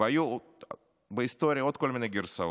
היו בהיסטוריה עוד כל מיני גרסאות,